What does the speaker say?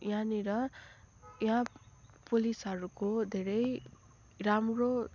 यहाँनेर यहाँ पुलिसहरूको धेरै राम्रो